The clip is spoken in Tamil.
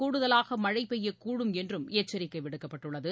கூடுதலாகமழைபெய்யக்கூடும் என்றும் எச்சரிக்கைவிடுக்கப்பட்டுள்ளது